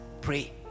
pray